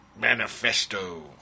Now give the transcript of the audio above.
Manifesto